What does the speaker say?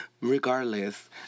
regardless